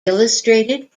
illustrated